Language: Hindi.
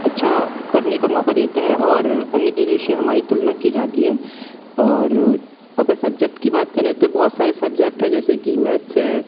अच्छा करने का मौका देता है और अन्य देश से हमारी तुलना की जाती है और अगर सब्जेक्ट की बात करें तो बहुत सारे सब्जेक्ट हैं जैसे कि मैथ्स है